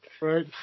Right